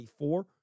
24